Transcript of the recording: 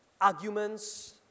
arguments